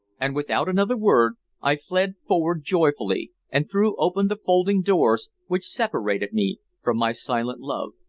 and without another word i fled forward joyfully, and threw open the folding-doors which separated me from my silent love.